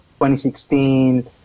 2016